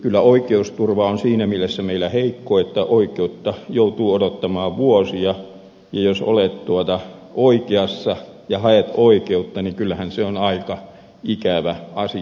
kyllä oikeusturva on siinä mielessä meillä heikko että oikeutta joutuu odottamaan vuosia ja jos olet oikeassa ja haet oikeutta niin kyllähän se on aika ikävä asia